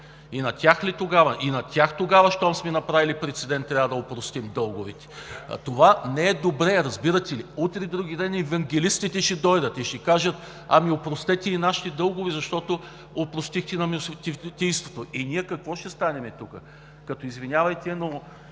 православна църква. И на тях тогава, щом сме направили прецедент, трябва да опростим дълговете?! Това не е добре, разбирате ли? Утре-вдругиден и евангелистите ще дойдат и ще кажат: „Ами опростете и нашите дългове, защото опростихте на мюфтийството“. И ние какво ще станем тук? Извинявайте, но